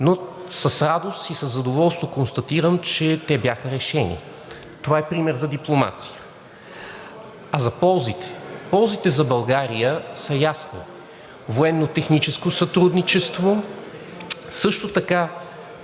но с радост и задоволство констатирам, че те бяха решени – това е пример за дипломация. А за ползите? Ползите за България са ясни – военно-техническо сътрудничество, а също така